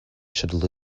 should